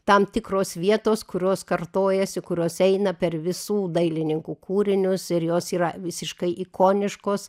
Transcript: tam tikros vietos kurios kartojasi kurios eina per visų dailininkų kūrinius ir jos yra visiškai ikoniškos